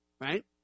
right